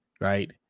right